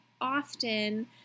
often